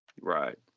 Right